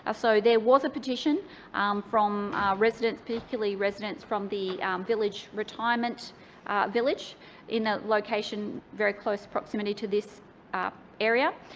ah so there was a petition um from residents, particularly residents from the retirement village in a location very close proximity to this ah area.